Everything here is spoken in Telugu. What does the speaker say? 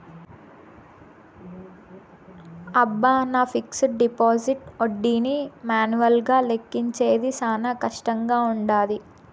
అబ్బ, నా ఫిక్సిడ్ డిపాజిట్ ఒడ్డీని మాన్యువల్గా లెక్కించేది శానా కష్టంగా వుండాది